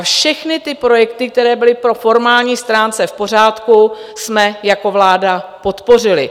Všechny projekty, které byly po formální stránce v pořádku, jsme jako vláda podpořili.